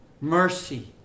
mercy